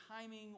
timing